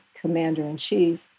commander-in-chief